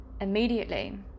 immediately